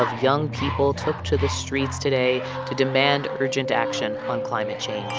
ah young people took to the streets today to demand urgent action on climate change